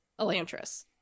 Elantris